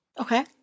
Okay